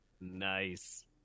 Nice